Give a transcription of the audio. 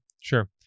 Sure